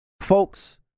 Folks